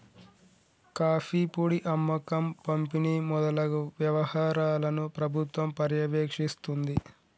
coffee పొడి అమ్మకం పంపిణి మొదలగు వ్యవహారాలను ప్రభుత్వం పర్యవేక్షిస్తుంది